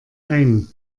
ein